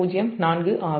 04 ஆகும்